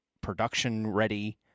production-ready